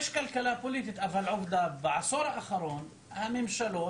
יש כלכלה פוליטית אבל עובדה שבעשור האחרון הממשלות